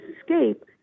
escape